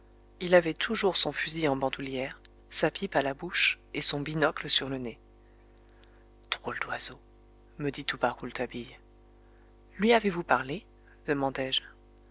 il avait toujours son fusil en bandoulière sa pipe à la bouche et son binocle sur le nez drôle d'oiseau me dit tout bas rouletabille lui avez-vous parlé